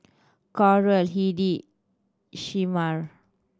Coral Hedy Shemar